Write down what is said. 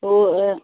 हो